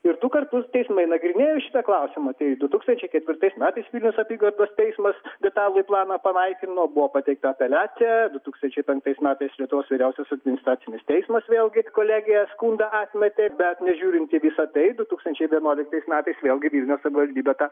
ir du kartus teismai nagrinėjo šitą klausimą tai du tūkstančiai ketvirtais metais vilniaus apygardos teismas detalųjį planą panaikino buvo pateikta apeliacija du tūkstančiai penktais metais lietuvos vyriausiasis administracinis teismas vėlgi kolegijos skundą atmetė bet nežiūrint į visą tai du tūkstančiai vienuoliktais metais vėl gi vilniaus savivaldybė tą